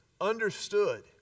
understood